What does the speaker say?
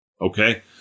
Okay